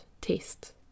taste